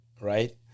right